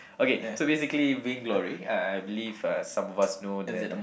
okay so basically Vainglory uh I believe uh some of us know that